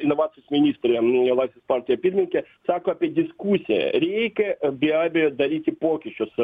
inovacijos ministrė inovacijos partijų pirmininkė sako apie diskusiją reikia be abejo daryti pokyčius